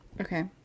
Okay